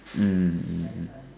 mm mm mm